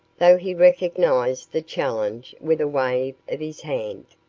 though he recognized the challenge with a wave of his hand.